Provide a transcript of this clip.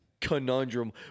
conundrum